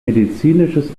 medizinisches